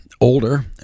older